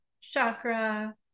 chakra